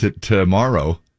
tomorrow